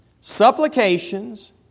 supplications